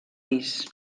pis